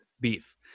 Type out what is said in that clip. beef